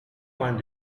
point